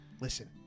Listen